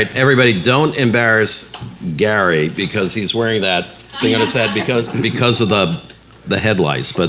everybody, don't embarrass gary because he's wearing that thing on his head because and because of the the head lice, but